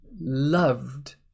loved